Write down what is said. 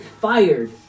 fired